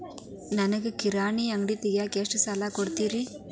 ನನಗ ಕಿರಾಣಿ ಅಂಗಡಿ ತಗಿಯಾಕ್ ಎಷ್ಟ ಸಾಲ ಕೊಡ್ತೇರಿ?